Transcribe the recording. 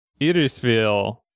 Irisville